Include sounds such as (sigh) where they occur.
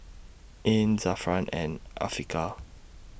Ain Zafran and Afiqah (noise)